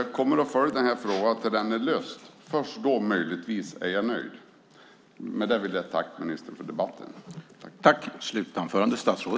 Jag kommer att följa den här frågan tills den är löst. Först då är jag möjligtvis nöjd.